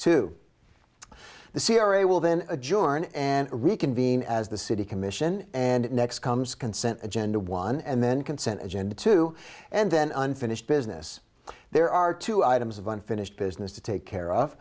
a will then adjourn and reconvene as the city commission and next comes consent agenda one and then consent agenda two and then unfinished business there are two items of unfinished business to take care of